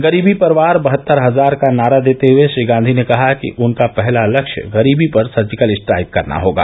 गरीबी पर वार बहत्तर हजार नारा देते हुए श्री गांधी ने कहा कि उनका पहला लक्ष्य गरीबी पर सर्जिकल स्ट्राइक करना होगा